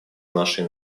нашей